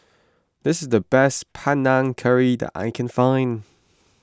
this is the best Panang Curry that I can find